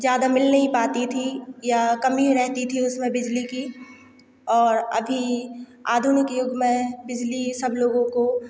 ज़्यादा मिल नहीं पाती थी या कमी रहती थी उसमें बिजली की और अभी आधुनिक युग में बिजली सब लोगों को